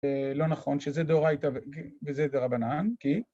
‫לא נכון, שזה דאורייתא וזה רבנן, כי...